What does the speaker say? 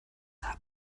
haben